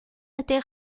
até